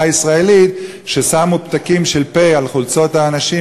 הישראלית כששמו פתקים של "פה" על חולצות האנשים,